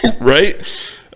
Right